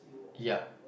ya